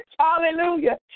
Hallelujah